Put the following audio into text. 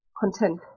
content